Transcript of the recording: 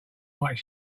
like